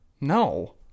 No